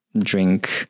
drink